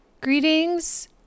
Greetings